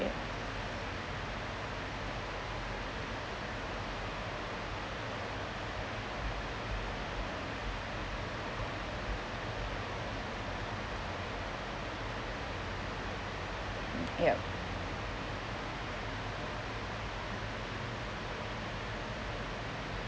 yup